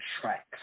tracks